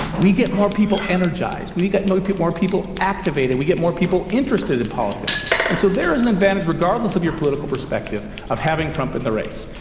we get more people energized. we we get more people more people activated. we get more people interested in politics. and so, there is an advantage, regardless of your political perspective, of having trump in the race.